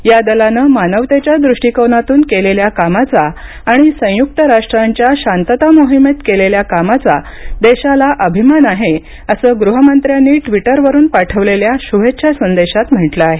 या दलानं मानवतेच्या दृष्टीकोनातून केलेल्या कामाचा आणि संयुक्त राष्ट्रांच्या शांतता मोहिमेत केलेल्या कामाचा देशाला अभिमान आहे असं गृहमंत्र्यांनी ट्विटरवरुन पाठवलेल्या शुभेच्छा संदेशात म्हटलं आहे